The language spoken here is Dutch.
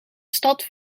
stad